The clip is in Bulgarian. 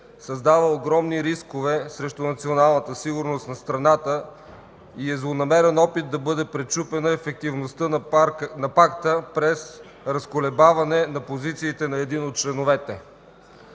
създава огромни рискове за националната сигурност на страната и е злонамерен опит да бъде пречупена ефективността на Пакта през разколебаване на позициите на един от членовете.